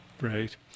Right